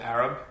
Arab